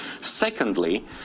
Secondly